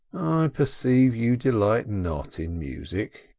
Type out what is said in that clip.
i perceive you delight not in music.